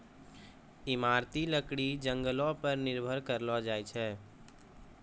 इमारती लकड़ी जंगलो पर निर्भर करलो जाय छै